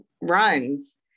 runs